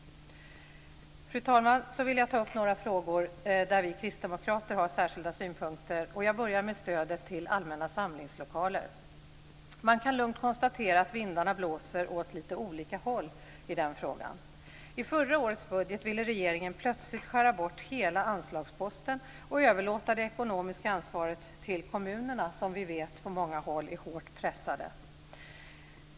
Fru talman! Så vill jag ta upp några frågor där vi kristdemokrater har särskilda synpunkter, och jag börjar med stödet till allmänna samlingslokaler. Man kan lugnt konstatera att vindarna blåser åt lite olika håll i den frågan. I förra årets budget ville regeringen plötsligt skära bort hela anslagsposten och överlåta det ekonomiska ansvaret till kommunerna, som vi vet på många håll är hårt pressade.